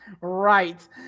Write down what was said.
Right